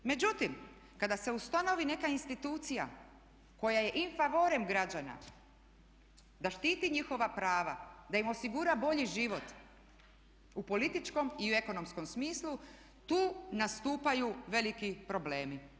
Međutim, kada se ustanovi neka institucija koja je in favorem građana da štiti njihova prava, da im osigura bolji život u političkom i u ekonomskom smislu tu nastupaju veliki problemi.